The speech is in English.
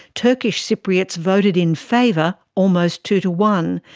turkish cypriots voted in favour almost two to one,